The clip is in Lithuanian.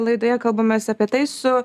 laidoje kalbamės apie tai su